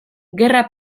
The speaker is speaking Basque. gerra